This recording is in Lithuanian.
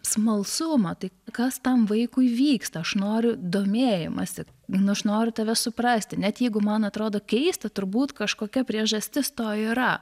smalsumą tai kas tam vaikui vyksta aš noriu domėjimosi nu aš noriu tave suprasti net jeigu man atrodo keista turbūt kažkokia priežastis to yra